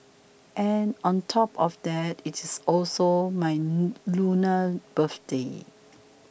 and on top of that it is also my Lunar birthday